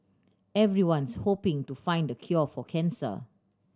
everyone's hoping to find the cure for cancer